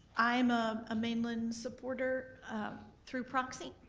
i'm a ah mainland supporter through proxy.